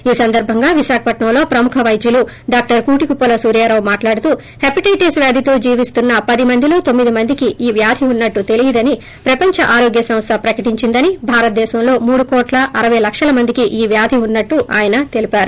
ఈ సందర్బంగా విశాఖపట్నంలో ప్రముఖ వైద్యులు డాక్షర్ కూటికుప్పల సూర్యారావు మాట్లాడుతూ హెపటైటిస్ వ్యాధితో జీవిస్తున్న పది మందిలో తొమ్మిది మందికి ఈ వ్యాది ఉన్నట్లు తెలియదని ప్రపంచ ఆరోగ్య సంస్ల ప్రకటిచిందని భారతదేశంలో మూడు కోట్ల అరపై లక్షల మందికి ఈ వ్యాధి ఉన్నట్లు ఆయన తెలిపారు